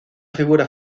figura